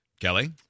Kelly